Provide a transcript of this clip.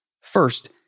First